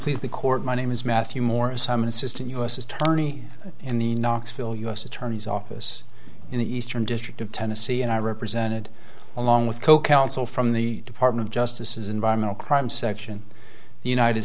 please the court my name is matthew morrison an assistant u s attorney in the knoxville u s attorney's office in the eastern district of tennessee and i represented along with co counsel from the department of justice is environmental crime section of the united